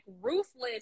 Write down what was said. ruthless